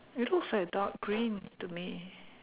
it looks like dark green to me